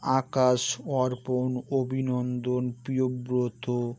Akash Arpan Abhinandan Priyabrata